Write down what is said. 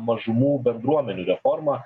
mažumų bendruomenių reforma